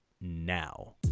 now